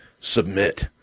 submit